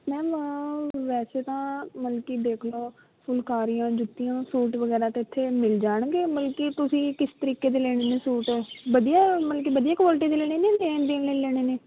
ma'am ਵੈਸੇ ਤਾਂ ਮਤਲਬ ਕਿ ਦੇਖ ਲਉ ਫੁਲਕਾਰੀਆਂ ਜੁੱਤੀਆਂ ਸੂਟ ਵਗੈਰਾ ਤਾਂ ਇੱਥੇ ਮਿਲ ਜਾਣਗੇ ਮਤਲਬ ਕਿ ਤੁਸੀਂ ਕਿਸ ਤਰੀਕੇ ਦੇ ਲੈਣੇ ਨੇ ਸੂਟ ਵਧੀਆ ਮਤਲਬ ਕਿ ਵਧੀਆ ਕੁਆਲਿਟੀ ਦੇ ਲੈਣੇ ਨੇ ਲੈਣ ਦੇਣ ਲਈ ਲੈਣੇ ਨੇ